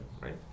right